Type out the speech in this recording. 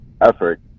effort